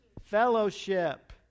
Fellowship